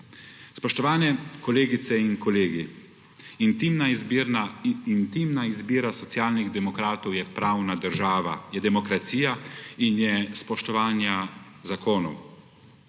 Spoštovani kolegice in kolegi! Intimna izbira Socialnih demokratov je pravna država. Je demokracija in je spoštovanje zakonov.